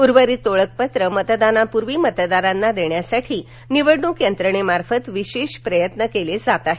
उर्वरित ओळखपत्रे मतदानापूर्वी मतदारांना देण्यासाठी निवडणूक यंत्रणेमार्फत विशेष प्रयत्न केले जात आहेत